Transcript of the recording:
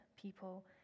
people